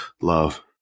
Love